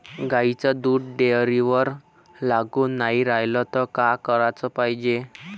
गाईचं दूध डेअरीवर लागून नाई रायलं त का कराच पायजे?